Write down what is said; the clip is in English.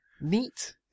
Neat